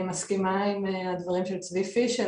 אני מסכימה עם הדברים של צבי פישר,